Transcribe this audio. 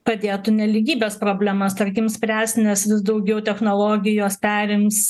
padėtų nelygybės problemas tarkim spręst nes vis daugiau technologijos perims